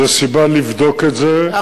זו סיבה לבדוק את זה,